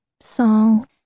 song